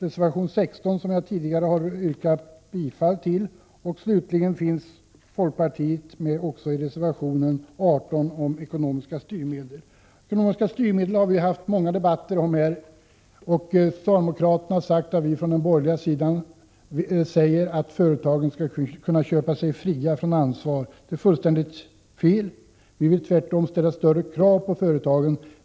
Reservation 16 har jag tidigare yrkat bifall till, och slutligen finns folkpartiet med även i reservation 18 om ekonomiska styrmedel. Ekonomiska styrmedel har vi haft många debatter om. Socialdemokraterna har sagt att vi från den borgerliga sidan menar att företagen skall kunna köpa sig fria från ansvar. Det är fullständigt fel, vi vill tvärtom ställa större krav på företagen.